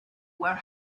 were